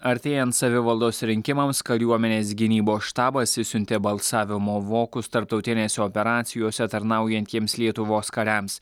artėjant savivaldos rinkimams kariuomenės gynybos štabas išsiuntė balsavimo vokus tarptautinėse operacijose tarnaujantiems lietuvos kariams